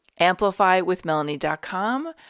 amplifywithmelanie.com